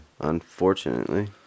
Unfortunately